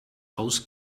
haus